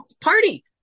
Party